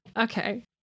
okay